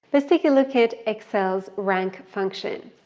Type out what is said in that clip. let's take a look at excels rank function.